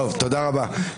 תודה רבה.